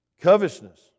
covetousness